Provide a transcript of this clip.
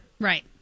Right